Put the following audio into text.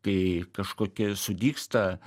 kai kažkokie sudygsta